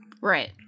Right